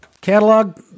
Catalog